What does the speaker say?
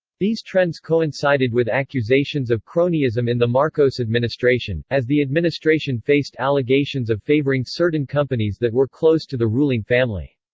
these trends coincided with accusations of cronyism in the marcos administration, as the administration faced allegations of favoring certain companies that were close to the ruling family.